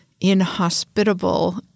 inhospitable